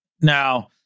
Now